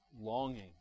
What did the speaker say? longing